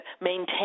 maintain